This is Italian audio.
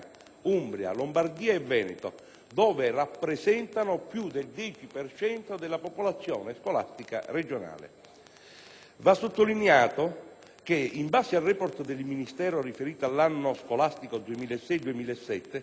dove rappresentano più del 10 per cento della popolazione scolastica regionale. Va sottolineato che, in base al *Report* del Ministero riferito all'anno scolastico 2006-2007, sono 888 le